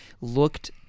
looked